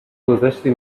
گذاشتی